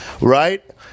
Right